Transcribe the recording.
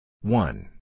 One